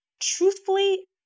truthfully